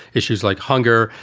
issues like hunger,